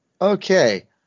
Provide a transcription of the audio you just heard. Okay